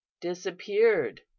Disappeared